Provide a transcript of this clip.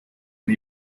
and